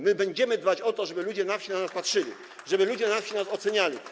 My będziemy dbać o to, żeby ludzie na wsi na nas patrzyli, żeby ludzie na wsi nas oceniali.